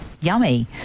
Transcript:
yummy